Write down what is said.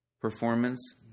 performance